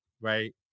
right